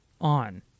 On